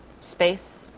space